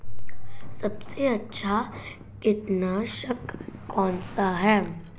सबसे अच्छा कीटनाशक कौनसा है?